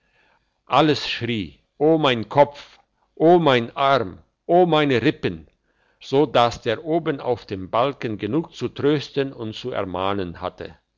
alles schrie o mein kopf o mein arm o meine rippen so dass der oben auf dem balken genug zu trösten und zu ermahnen hatte